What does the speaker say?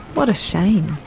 what a shame.